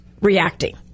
reacting